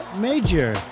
Major